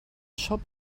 shop